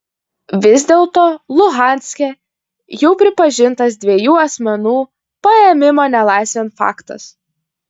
vis dėlto luhanske jau pripažintas dviejų asmenų paėmimo nelaisvėn faktas